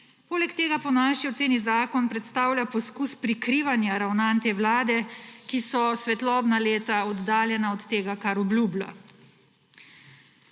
Poleg tega po naši oceni zakon predstavlja poskus prikrivanja ravnanj te vlade, ki so svetlobna leta oddaljena od tega, kar obljublja.